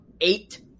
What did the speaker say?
eight